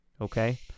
Okay